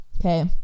Okay